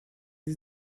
sie